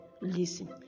listen